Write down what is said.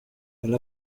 elle